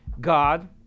god